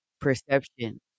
perception